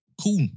cool